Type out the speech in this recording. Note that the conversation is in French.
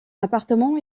appartement